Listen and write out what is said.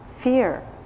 Fear